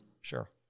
Sure